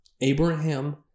Abraham